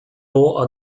bow